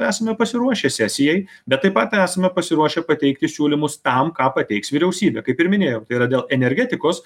esame pasiruošę sesijai bet taip pat esame pasiruošę pateikti siūlymus tam ką pateiks vyriausybė kaip ir minėjau tai yra dėl energetikos